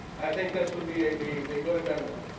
i think this would be a a good amendments.